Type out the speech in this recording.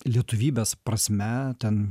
lietuvybės prasme ten